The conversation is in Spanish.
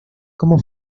como